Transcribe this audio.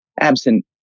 absent